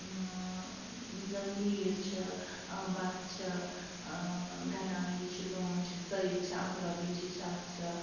یِم زَن میٖر چھِ بٹ چھِ غنایی چھِ لون چھِ سعید چھِ اندرابی چھِ شاہ چھِ